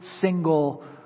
single